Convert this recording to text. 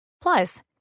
Plus